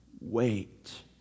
Wait